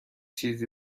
چیزی